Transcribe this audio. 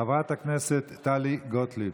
חברת הכנסת טלי גוטליב.